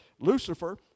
Lucifer